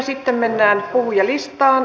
sitten mennään puhujalistaan